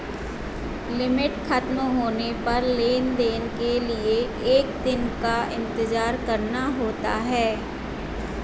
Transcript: limit खत्म होने पर लेन देन के लिए एक दिन का इंतजार करना होता है